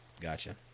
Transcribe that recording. Gotcha